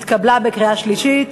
התקבלה בקריאה שלישית.